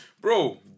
bro